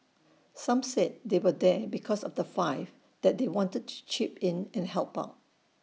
some said they were there because of the five that they wanted to chip in and help out